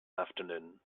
afternoon